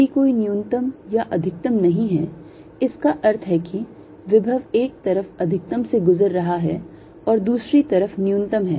यदि कोई न्यूनतम या अधिकतम नहीं है इसका अर्थ है कि विभव एक तरफ अधिकतम से गुजर रहा है और दूसरी तरफ न्यूनतम है